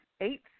eight